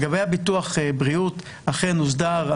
לגבי ביטוח הבריאות, אכן הוסדר.